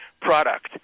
product